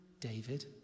David